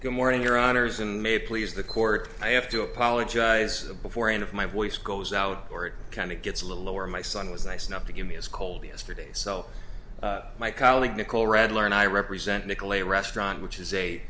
good morning your honors in may please the court i have to apologize before any of my voice goes out or it kind of gets a little lower my son was nice enough to give me as cold yesterday so my colleague nicole read learned i represent nicolay restaurant which is a